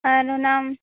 ᱟᱨ ᱚᱱᱟ